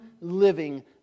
living